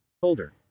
Folder